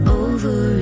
over